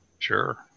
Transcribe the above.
sure